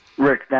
Rick